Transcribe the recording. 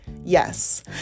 Yes